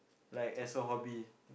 like as a hobby